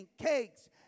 cakes